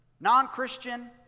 non-Christian